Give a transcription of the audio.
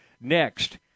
next